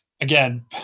again